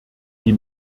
die